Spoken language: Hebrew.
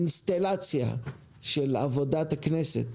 אינסטלציה של עבודת הכנסת